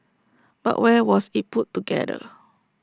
but where was IT put together